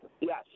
Yes